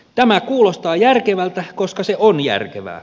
tämä kuulostaa järkevältä koska se on järkevää